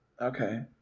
Okay